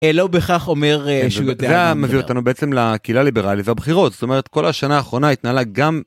לא בהכרח אומר שהוא יודע גם מביא אותנו בעצם לקהילה הליברלית והבחירות זאת אומרת כל השנה האחרונה התנהלה גם